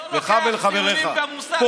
לך ולחבריך פה.